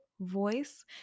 voice